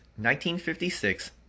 1956